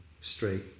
straight